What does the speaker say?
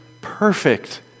perfect